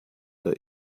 der